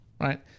right